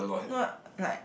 no like like